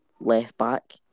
left-back